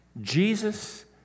Jesus